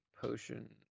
potion